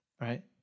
right